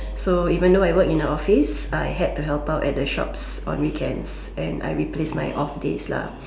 so even though I work in the office I had to help out at the shop on weekends and I replace my off days lah